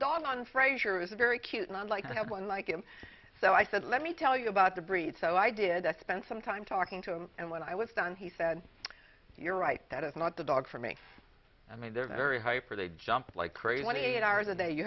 dog on frasier was very cute and i'd like to have one like him so i said let me tell you about the breed so i did i spent some time talking to him and when i was done he said you're right that is not the dog for me i mean they're very hyper they jump like crazy one eight hours a day you